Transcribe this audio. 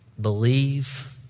believe